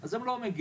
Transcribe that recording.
אז הם לא מגיעים.